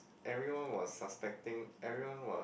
everyone was suspecting everyone was